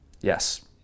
yes